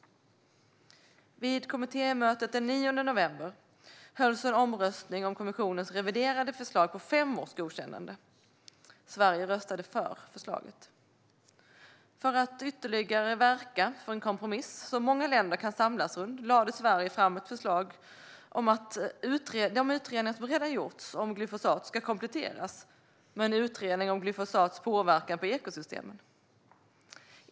Vid kommittémötet den 9 november hölls en omröstning om kommissionens reviderade förslag om fem års godkännande. Sverige röstade för förslaget. För att ytterligare verka för en kompromiss som många länder kan samlas runt lade Sverige fram ett förslag om att de utredningar som redan gjorts om glyfosat ska kompletteras med en utredning om glyfosats påverkan på ekosystemen.